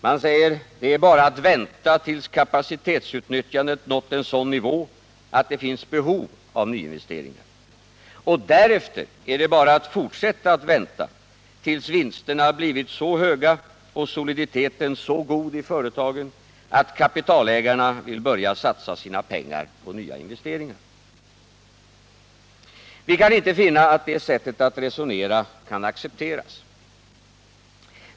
Man säger: Det är bara att vänta tills kapacitetsutnyttjandet nått en sådan nivå att det finns behov av nyinvesteringar. Och därefter är det bara att fortsätta att vänta tills vinsterna blivit så höga och soliditeten så god i företagen, att kapitalägarna vill börja satsa sina pengar på nya investeringar. Vi kan inte finna att det sättet att resonera kan accepteras.